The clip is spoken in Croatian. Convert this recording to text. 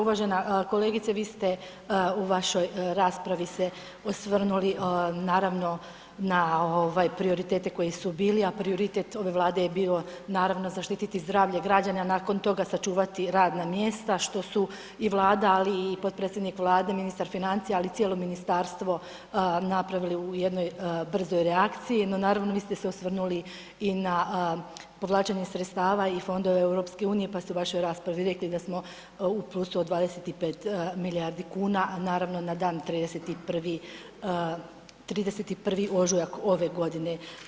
Uvažena kolegice, vi ste u vašoj raspravi se osvrnuli naravno na prioritete koji su bili a prioritet ove Vlade je bio naravno zaštititi zdravlje građana, nakon toga sačuvati radna mjesta što su i Vlada ali i potpredsjednik Vlade ministar financija ali i cijelo ministarstvo napravili u jednoj brzoj reakciji no naravno vi ste se osvrnuli i na povlačenje sredstava i fondova EU-a pa ste u vašoj raspravi rekli da smo u plusu od 25 milijardi kuna a naravno na dan 31. ožujak ove godine.